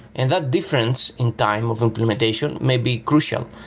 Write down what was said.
and that difference in time of implementation may be crucial,